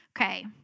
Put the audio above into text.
Okay